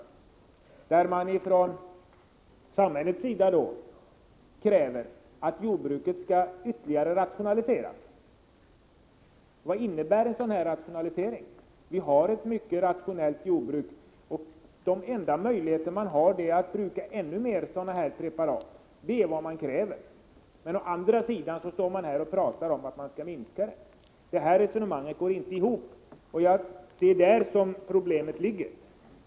Här kräver man från samhällets sida att jordbruket skall rationaliseras ytterligare. Vad innebär en sådan rationalisering? Vi har ett mycket rationellt jordbruk i dag, och de enda möjligheter som man har är att använda ännu mer kemiska preparat. Det är alltså vad man kräver. Men å andra sidan står man här och pratar om att minska kemikalieanvändningen. Det resonemanget går inte ihop, och det är där problemet ligger.